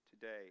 today